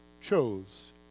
chose